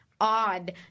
odd